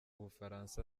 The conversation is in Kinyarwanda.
bufaransa